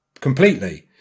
completely